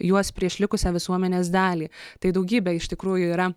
juos prieš likusią visuomenės dalį tai daugybė iš tikrųjų yra